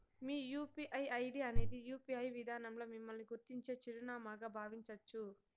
మీ UPI ID అనేది UPI విదానంల మిమ్మల్ని గుర్తించే చిరునామాగా బావించచ్చు